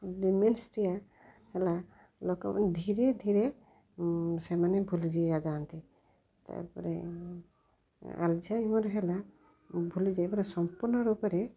ଲିମେନ୍ସ୍ଟିଆ ହେଲା ଲୋକମାନେ ଧୀରେ ଧୀରେ ସେମାନେ ଭୁଲି ଯିଆ ଯାଆନ୍ତି ତା'ପରେ ଆଲଜାଇମର୍ ହେଲା ଭୁଲିଯାଇ ପୁରା ସମ୍ପୂର୍ଣ୍ଣ ରୂପରେ